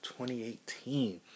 2018